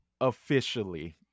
officially